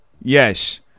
Yes